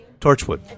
Torchwood